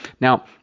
Now